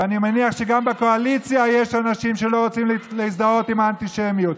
ואני מניח שגם בקואליציה יש אנשים שלא רוצים להזדהות עם האנטישמיות,